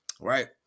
Right